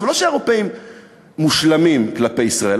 עכשיו, לא שהאירופים מושלמים כלפי ישראל.